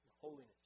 holiness